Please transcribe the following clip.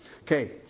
Okay